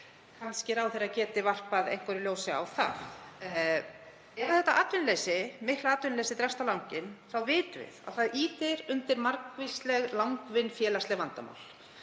Kannski ráðherra geti varpað einhverju ljósi á það. Ef þetta mikla atvinnuleysi dregst á langinn þá vitum við að það ýtir undir margvísleg langvinn, félagsleg vandamál.